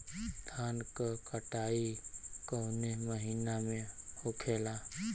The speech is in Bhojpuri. धान क कटाई कवने महीना में होखेला?